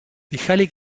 dejale